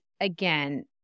again